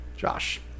Josh